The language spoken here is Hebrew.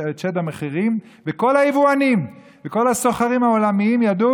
וכל היבואנים והסוחרים העולמיים ידעו